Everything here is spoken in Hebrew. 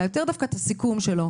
אלא יותר את הסיכום שלו,